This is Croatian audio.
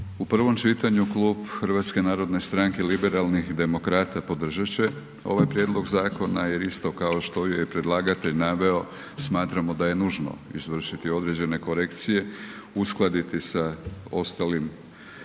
U prvom čitanju Klub HNS-a Liberalnih demokrata podržati će ovaj prijedlog zakona jer isto kao što je i predlagatelj naveo smatramo da je nužno izvršiti određene korekcije, uskladiti sa ostalim,